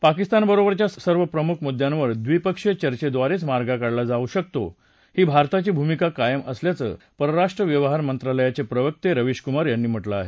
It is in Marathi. पाकिस्तानबरोबरच्या सर्व प्रमुख मुद्यावर द्वीपक्षीय चर्चेद्वारेच मार्ग काढला जाऊ शकतो ही भारताची भूमिका कायम असल्याचं परराष्ट्र व्यवहारमंत्रालयाचे प्रवक्ते रवीश कुमार यांनी म्हटलं आहे